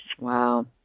Wow